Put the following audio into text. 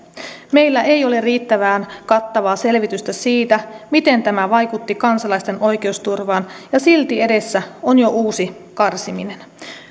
meillä ei ole riittävän kattavaa selvitystä siitä miten tämä vaikutti kansalaisten oikeusturvaan ja silti edessä on jo uusi karsiminen